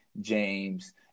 James